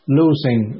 losing